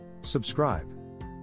Subscribe